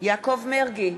יעקב מרגי,